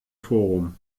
forum